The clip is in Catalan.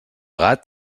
gat